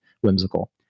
whimsical